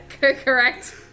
Correct